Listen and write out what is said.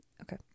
Okay